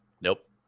nope